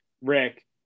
Rick